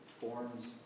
forms